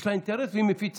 יש לה אינטרס והיא מפיצה.